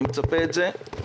אני מצפה את זה מכולנו.